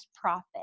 profit